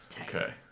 Okay